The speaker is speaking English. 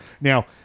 Now